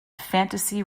fantasy